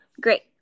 great